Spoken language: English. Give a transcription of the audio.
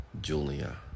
Julia